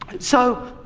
so,